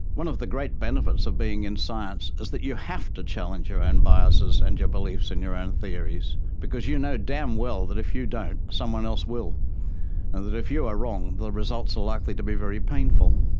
one of the great benefits of being in science is that you have to challenge your own biases and your beliefs in your own theories because you know damn well that if you don't, someone else will, and that if you are wrong the results likely to be very painful.